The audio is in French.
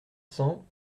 cents